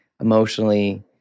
emotionally